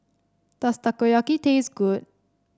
does Takoyaki taste good